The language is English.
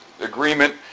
agreement